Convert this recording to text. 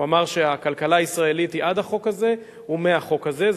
הוא אמר שהכלכלה הישראלית היא עד החוק הזה ומהחוק הזה.